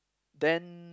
then